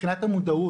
מבחינת המודעות,